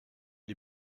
les